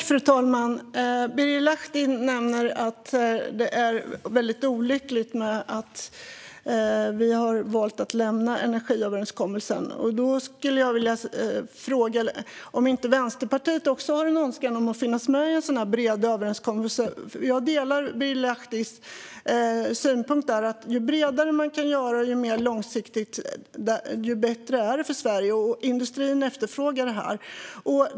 Fru talman! Birger Lahti nämner att det är mycket olyckligt att vi har valt att lämna energiöverenskommelsen. Då skulle jag vilja fråga om inte Vänsterpartiet också har en önskan om att finnas med i en sådan bred överenskommelse. Jag delar Birger Lahtis synpunkt om att ju bredare och mer långsiktigt det kan vara, desto bättre är det för Sverige. Och industrin efterfrågar detta.